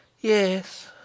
Yes